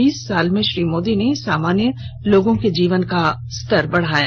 इतने वर्षों में श्री मोदी ने सामान्य लोगों के जीवन का स्तर बढ़ाया